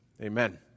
Amen